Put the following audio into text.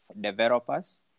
developers